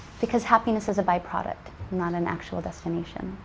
because happiness is a byproduct, not an actual destination.